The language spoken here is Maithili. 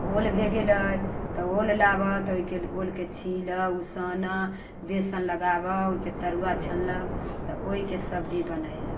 ओल भए गेलै तऽ ओल लाबह ओहिकेँ ओलकेँ छीलह उसनह बेसन लगाबह ओकर तरुआ छनलक तऽ ओहिके सब्जी बनेलक